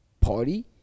party